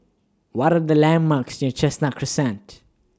What Are The landmarks near Chestnut Crescent